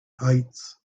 heights